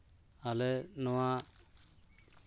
ᱟᱞᱮ ᱱᱚᱣᱟ